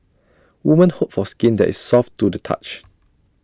women hope for skin that is soft to the touch